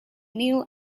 neil